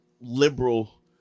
liberal